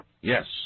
Yes